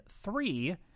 three